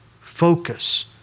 focus